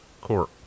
court